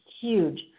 huge